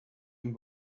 and